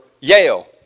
Yale